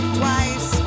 twice